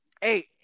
Hey